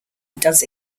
does